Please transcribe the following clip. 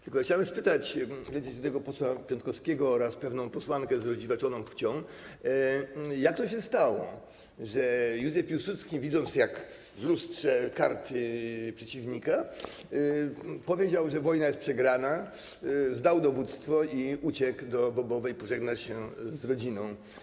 Tylko chciałbym spytać posła Piątkowskiego oraz pewną posłankę z rozdziwaczoną płcią, jak to się stało, że Józef Piłsudski, widząc jak w lustrze karty przeciwnika, powiedział, że wojna jest przegrana, zdał dowództwo i uciekł do Bobowej pożegnać się z rodziną.